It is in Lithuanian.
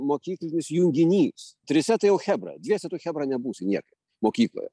mokyklinis junginys trise tai jau chebra dviese tu chebra nebūsi niekaip mokykloje